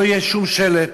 שלא יהיה שום שלט.